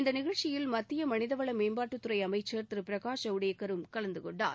இந்த நிகழ்ச்சியில் மத்திய மனிதவள மேம்பாட்டுத் துறை அமைச்சர் திரு பிரகாஷ் ஜவ்டேக்கரும் கலந்துகொண்டார்